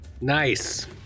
Nice